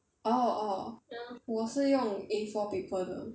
orh orh 我是用 A four paper 的